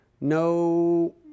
no